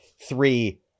three